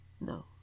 No